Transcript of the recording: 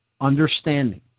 understanding